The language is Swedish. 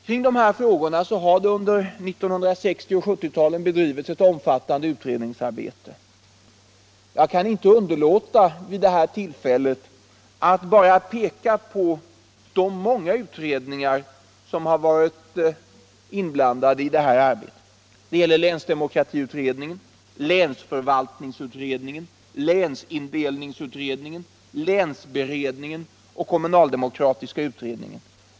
Kring dessa frågor har det under 1960 och 1970-talen bedrivits ett omfattande utredningsarbete. Jag kan inte underlåta att vid det här tillfället peka på de många utredningar som har varit inblandade i detta ärende. Det gäller länsdemokratiutredningen, länsförvaltningsutredningen, länsindelningsutredningen, länsberedningen och kommunaldemokratiska utredningen.